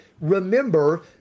remember